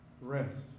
Rest